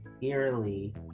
eerily